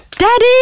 Daddy